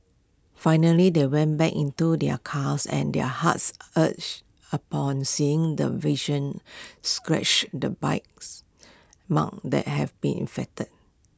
finally they went back into their cars and their hearts urge upon seeing the vision scratches the bites marks that have been inflicted